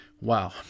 Wow